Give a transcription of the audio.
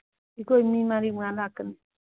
ꯑꯩꯈꯣꯏ ꯃꯤ ꯃꯔꯤ ꯃꯉꯥ ꯂꯥꯛꯀꯅꯤ